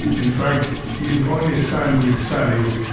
in fact his only son with sally,